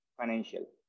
financial